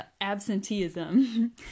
absenteeism